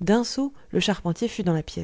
d'un saut le charpentier fut dans la